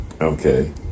Okay